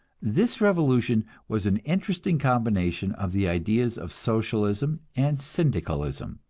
this revolution was an interesting combination of the ideas of socialism and syndicalism.